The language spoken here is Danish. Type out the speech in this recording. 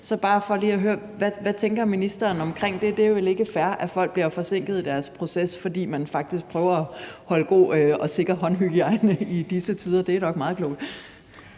er bare for lige at høre: Hvad tænker ministeren om det? Det er vel ikke fair, at folk bliver forsinket i deres proces, fordi man faktisk prøver at holde god og sikker håndhygiejne i disse tider – det er nok meget klogt.